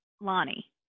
Lonnie